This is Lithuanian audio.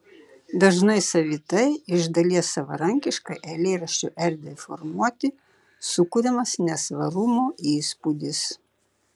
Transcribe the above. dažnai savitai iš dalies savarankiškai eilėraščio erdvei formuoti sukuriamas nesvarumo įspūdis